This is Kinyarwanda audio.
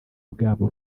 bwabo